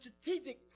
strategic